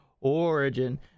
origin